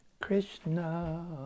Krishna